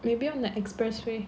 maybe on the expressway